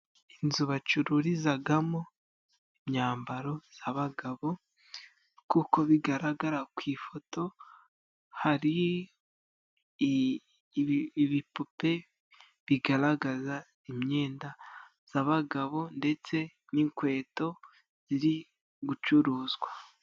Inzu bacururizagamo imyambaro zabagabo. Kuko bigaragara ku ifoto hari ibipupe bigaragaza imyenda z'abagabo, ndetse n'inkweto ziri gucuruzwa.